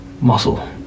muscle